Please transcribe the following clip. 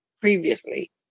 previously